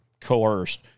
coerced